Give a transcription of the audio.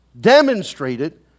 demonstrated